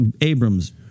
abrams